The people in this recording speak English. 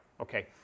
okay